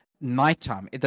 nighttime